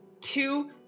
Two